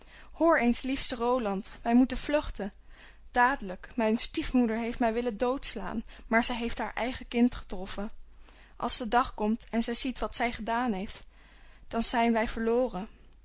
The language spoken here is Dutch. hoor eens liefste roland wij moeten vluchten dadelijk mijn stiefmoeder heeft mij willen doodslaan maar zij heeft haar eigen kind getroffen als de dag komt en zij ziet wat zij gedaan heeft dan zijn wij verloren